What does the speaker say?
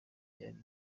byari